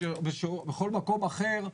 או בכל מקום אחר,